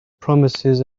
promises